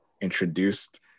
introduced